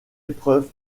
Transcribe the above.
épreuve